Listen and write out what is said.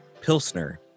pilsner